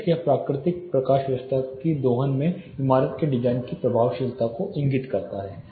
बेशक यह प्राकृतिक प्रकाश व्यवस्था की दोहन में इमारत के डिजाइन की प्रभावशीलता को इंगित करता है